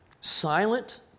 Silent